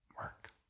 work